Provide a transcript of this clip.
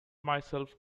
myself